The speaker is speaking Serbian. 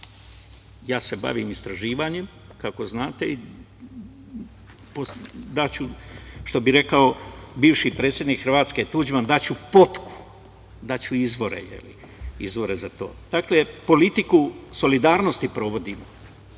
Ja se bavim istraživanjem, kako znate, i što bi rekao bivši predsednik Hrvatske Tuđman, daću potku, daću izvore za to. Dakle, politiku solidarnosti provodim,